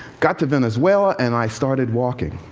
got to venezuela and i started walking.